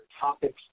topics